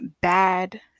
bad